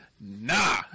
nah